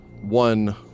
one